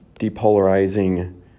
depolarizing